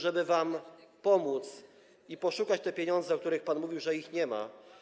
żeby wam pomóc i poszukać tych pieniędzy, o których pan mówił, że ich nie ma.